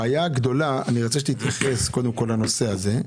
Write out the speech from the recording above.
אני רוצה שתתייחס לזה.